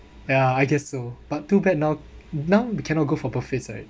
yeah I guess so but too bad now now we cannot go for buffets right